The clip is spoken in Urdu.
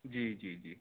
جی جی جی